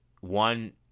one